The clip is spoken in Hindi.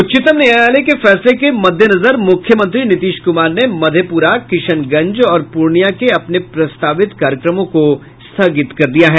उच्चतम न्यायालय के फैसले के मद्देनजर मुख्यमंत्री नीतीश कुमार ने मधेप्रा किशनगंज और पूर्णिया के अपने प्रस्तावित कार्यक्रमों को स्थगित कर दिया है